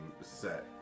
set